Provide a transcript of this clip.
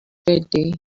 birthday